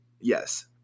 Yes